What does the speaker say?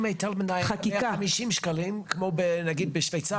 מה אם זה היה 150 יורו כמו בשוויצריה?